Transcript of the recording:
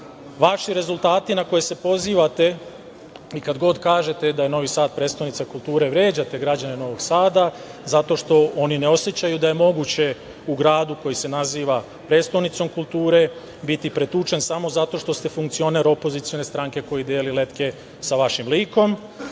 rezultati na koje se pozivate i kad god kažete da je Novi Sad prestonica kulture vređate građane Novog Sada zato što oni ne osećaju da je moguće u gradu koji se naziva "prestonicom kulture" biti pretučen samo zato što ste funkcioner opozicione stranke koji deli letke sa vašim likom.